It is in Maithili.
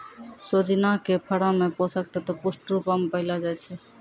सोजिना के फरो मे पोषक तत्व पुष्ट रुपो मे पायलो जाय छै